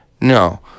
No